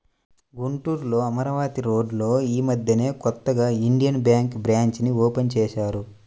గుంటూరులో అమరావతి రోడ్డులో యీ మద్దెనే కొత్తగా ఇండియన్ బ్యేంకు బ్రాంచీని ఓపెన్ చేశారు